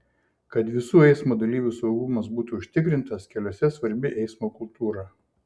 kad visų eismo dalyvių saugumas būtų užtikrintas keliuose svarbi eismo kultūra